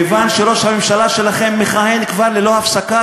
כיוון שראש הממשלה שלכם מכהן כבר ללא הפסקה,